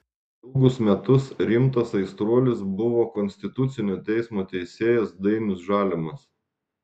ilgus metus rimtas aistruolis buvo konstitucinio teismo teisėjas dainius žalimas